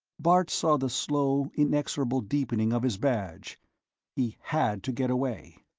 bart saw the slow, inexorable deepening of his badge he had to get away.